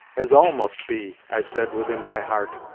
as all must be i said within my heart,